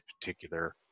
particular